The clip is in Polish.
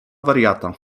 wariata